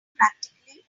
practically